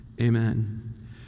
Amen